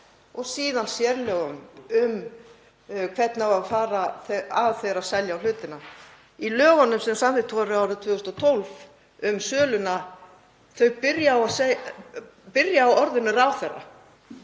og síðan sérlögunum um hvernig á að fara að þegar selja á hlutina. Lögin sem samþykkt voru árið 2012 um söluna byrja á orðinu ráðherra.